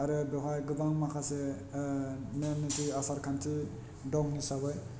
आरो बेवहाय गोबां माखासे ओह नेम निथि आसारखान्थि दं हिसाबै